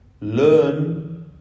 Learn